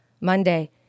Monday